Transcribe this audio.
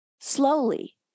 slowly